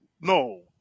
no